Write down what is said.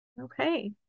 Okay